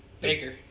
Baker